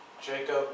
Jacob